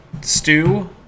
stew